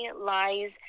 lies